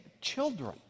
children